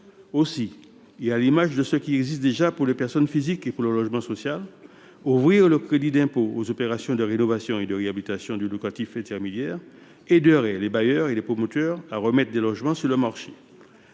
Aussi, et à l’image de ce qui existe déjà pour les personnes physiques et pour le logement social, ouvrir le crédit d’impôt aux opérations de rénovation et de réhabilitation du parc locatif intermédiaire aiderait les bailleurs et les promoteurs à remettre des logements sur le marché.